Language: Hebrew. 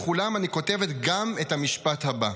לכולם אני כותבת גם את המשפט הבא: